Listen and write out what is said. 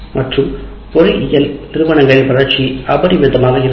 மற்றும் பொறியியல் நிறுவனங்களின் வளர்ச்சி பிரமாதமாக இருந்தது